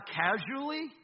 casually